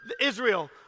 Israel